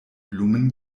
blumen